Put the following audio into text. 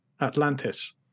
Atlantis